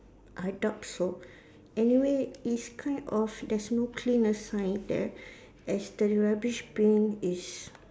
I doubt so anyway it's kind of there's no cleaner sign there as the rubbish bin is